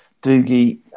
Doogie